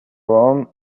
own